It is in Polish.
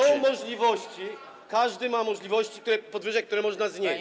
są możliwości, każdy ma możliwości co do podwyżek, które można znieść.